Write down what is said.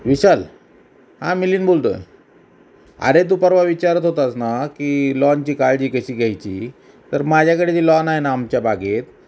विशाल हां मिलीन बोलतो आहे अरे तू परवा विचारत होतास ना की लॉनची काळजी कशी घ्यायची तर माझ्याकडे ती लॉन आहे ना आमच्या बागेत